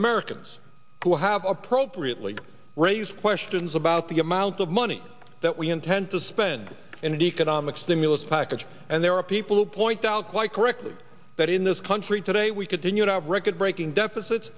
americans who have appropriately raised questions about the amount of money that we intend to spend in an economic stimulus package and there are people who point out quite correctly that in this country today we continue to have record breaking d